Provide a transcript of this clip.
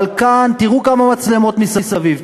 אבל כאן, תראו כמה מצלמות מסביב.